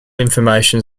information